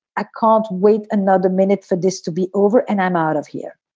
i can't wait another minute for this to be over and i'm out of here.